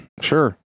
Sure